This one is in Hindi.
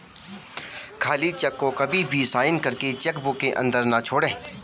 खाली चेक को कभी भी साइन करके चेक बुक के अंदर न छोड़े